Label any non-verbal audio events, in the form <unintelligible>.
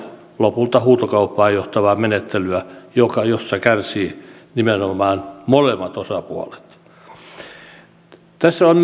lopulta huutokauppaan johtavaa menettelyä jossa kärsivät nimenomaan molemmat osapuolet tässä on <unintelligible>